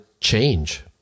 change